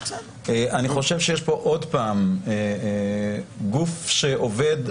אני חושב שיש פה גוף שעובד,